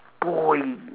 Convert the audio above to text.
boy